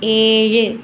ഏഴ്